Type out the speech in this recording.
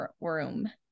Room